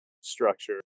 structure